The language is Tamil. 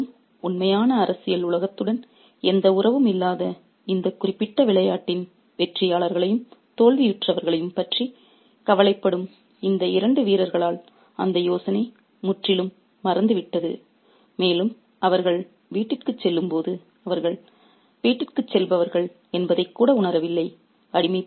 எந்தவொரு தொடர்பும் உண்மையான அரசியல் உலகத்துடன் எந்த உறவும் இல்லாத இந்த குறிப்பிட்ட விளையாட்டின் வெற்றியாளர்களையும் தோல்வியுற்றவர்களையும் பற்றி கவலைப்படும் இந்த இரண்டு வீரர்களால் அந்த யோசனை முற்றிலும் மறந்துவிட்டது மேலும் அவர்கள் வீட்டிற்குச் செல்லும்போது அவர்கள் வீட்டிற்குச் செல்வார்கள் என்பதைக்கூட உணரவில்லை